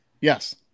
Yes